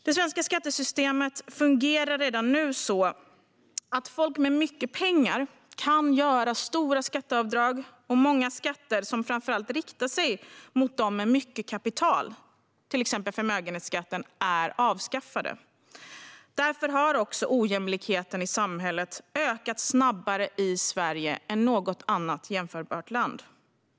Det svenska skattesystemet fungerar redan nu på ett sådant sätt att folk med mycket pengar kan göra stora skatteavdrag. Och många skatter som riktar sig framför allt mot dem med mycket kapital, till exempel förmögenhetsskatten, är avskaffade. Därför har ojämlikheten i samhället ökat snabbare i Sverige än i något annat jämförbart land.